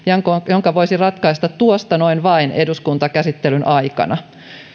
jonka voisi ratkaista tuosta noin vain eduskuntakäsittelyn aikana